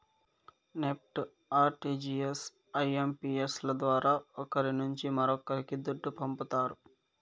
NEFT, RTGS, IMPS ల ద్వారా ఒకరి నుంచి మరొక్కరికి దుడ్డు పంపతారు